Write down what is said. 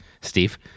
Steve